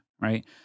right